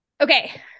okay